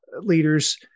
leaders